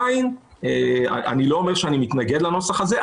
אני לא אומר שאני מתנגד לנוסח הזה,